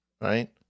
right